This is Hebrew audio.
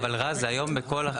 רק איפה זה כתוב בחוק מה שאת אומרת?